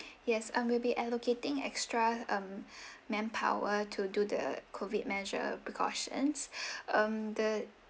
yes um we'll be allocating extra um manpower to do the COVID measure precautions um the